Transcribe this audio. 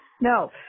No